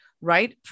Right